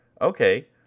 Okay